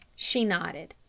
she nodded.